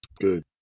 good